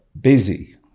busy